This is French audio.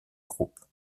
groupe